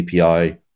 API